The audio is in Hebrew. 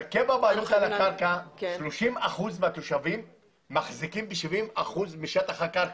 הרכב הבעלות על הקרקע 30% מהתושבים מחזיקים ב-70% משטח הקרקע.